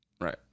Right